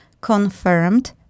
confirmed